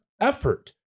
effort